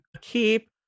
Keep